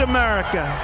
America